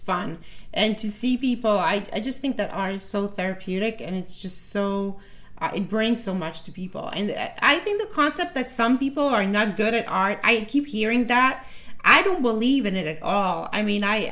fun and to see people i just think that are some therapeutic and it's just so brain so much to people and i think the concept that some people are not good at i keep hearing that i don't believe in it at all i mean i